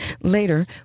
Later